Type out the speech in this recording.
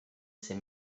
ses